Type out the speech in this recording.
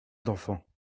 d’enfants